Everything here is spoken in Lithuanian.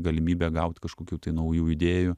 galimybę gaut kažkokių tai naujų idėjų